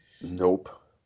Nope